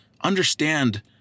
understand